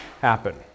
happen